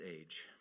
age